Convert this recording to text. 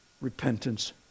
repentance